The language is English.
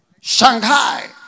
Shanghai